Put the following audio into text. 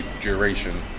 duration